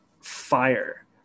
fire